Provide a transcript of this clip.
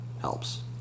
helps